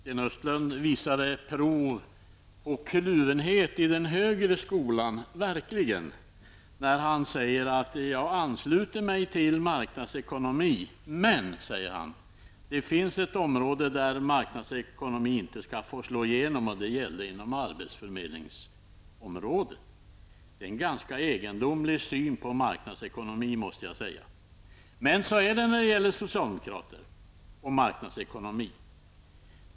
Herr talman! Sten Östlund visade verkligen prov på kluvenhet i den högre skolan, när han sade att han ansluter sig till marknadsekonomin men, sade han, det finns ett område där marknadsekonomin inte skall få slå igenom, nämligen arbetsförmedlingsområdet. Detta är en ganska egendomlig syn på marknadsekonomin, måste jag säga. Men så är det när det gäller socialdemokraterna och marknadsekonomin.